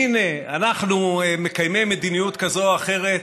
הינה אנחנו מקיימי מדיניות כזאת או אחרת,